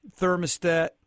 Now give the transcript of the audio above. thermostat